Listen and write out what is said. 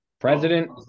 president